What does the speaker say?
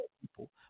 people